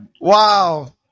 Wow